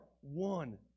one